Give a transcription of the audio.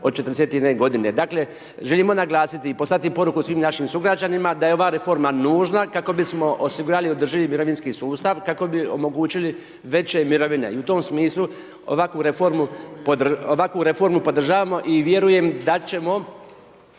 od 41 g. Dakle želimo naglasiti i poslati poruku svim naših sugrađanima, da je ova reforma nužna kako bismo osigurali održivi mirovinski sustav, kako bi omogućili veće mirovine. I u tom smislu, ovakvu reformu podržavamo i vjerujem da ćemo